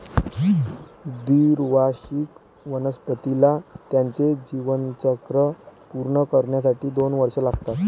द्विवार्षिक वनस्पतीला त्याचे जीवनचक्र पूर्ण करण्यासाठी दोन वर्षे लागतात